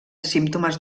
símptomes